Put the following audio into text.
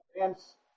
advance